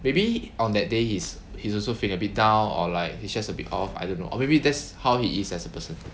maybe on that day he's he's also feeling a bit down or like he's just a bite off I don't know or maybe that's how he is as a person